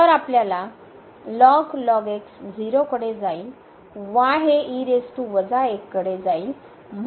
तर आपल्याला 0 कडे जाईल y हे कडे जाईल